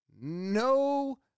No